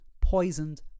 poisoned